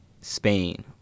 Spain